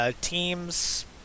teams